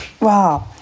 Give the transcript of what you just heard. Wow